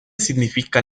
significa